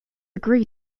agree